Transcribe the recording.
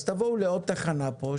אז תבואו לעוד תחנה פה,